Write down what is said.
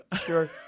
Sure